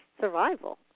survival